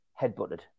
headbutted